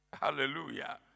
Hallelujah